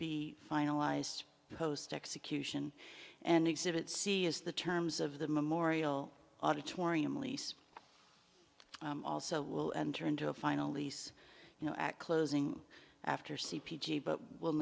be finalized post execution and exhibit c is the terms of the memorial auditorium lease also will enter into a final lease you know at closing after c p g but we